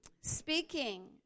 Speaking